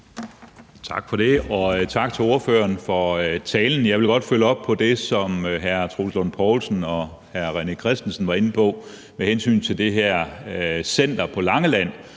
Tak for det, og tak til ordføreren for talen. Jeg vil godt følge op på det, som hr. Troels Lund Poulsen og hr. René Christensen var inde på med hensyn til det her center på Langeland,